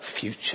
future